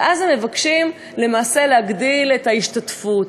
ואז הם מבקשים למעשה להגדיל את ההשתתפות.